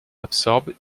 absorbe